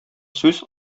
сүз